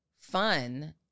fun